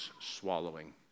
swallowing